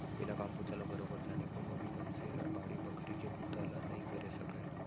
बिना काम बूता ल बरोबर जाने कोनो भी मनसे हर बाड़ी बखरी के बुता ल नइ करे सकय